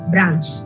Branch